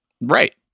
Right